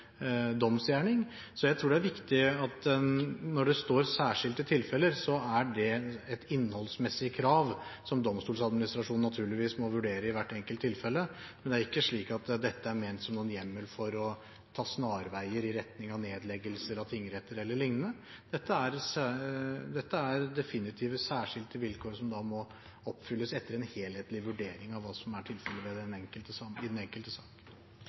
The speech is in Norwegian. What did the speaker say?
domsgjerning. Så jeg tror det er viktig at når det står særskilte tilfeller, er det et innholdsmessig krav som Domstoladministrasjonen naturligvis må vurdere i hvert enkelt tilfelle, men det er ikke slik at dette er ment som noen hjemmel for å ta snarveier i retning av nedleggelse av tingretter e.l. Dette er definitive, særskilte vilkår som må oppfylles, etter en helhetlig vurdering av hva som er tilfellet i den enkelte